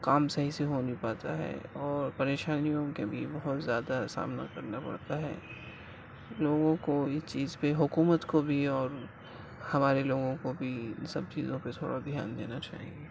کام صحیح سے ہو نہیں پاتا ہے اور پریشانیوں کے بھی بہت زیادہ سامنا کرنا پڑتا ہے لوگوں کو اس چیز پہ حکومت کو بھی اور ہمارے لوگوں کو بھی ان سب چیزوں پہ تھوڑا دھیان دینا چاہیے